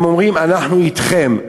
הם אומרים: אנחנו אתכם.